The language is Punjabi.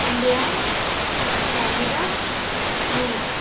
ਇੰਗਲੈਂਡ ਕੈਨੇਡਾ ਰੂਸ